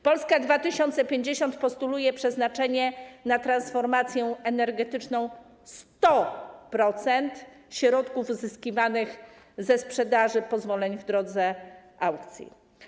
Polska 2050 postuluje przeznaczenie na transformację energetyczną 100% środków uzyskiwanych ze sprzedaży pozwoleń w drodze aukcji.